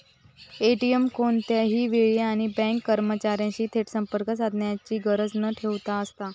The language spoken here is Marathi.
ए.टी.एम कोणत्याही वेळी आणि बँक कर्मचार्यांशी थेट संवाद साधण्याची गरज न ठेवता असता